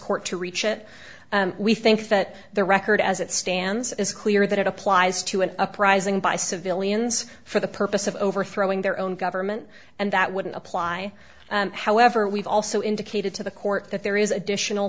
court to reach it we think that the record as it stands is clear that it applies to an uprising by civilians for the purpose of overthrowing their own government and that wouldn't apply however we've also indicated to the court that there is additional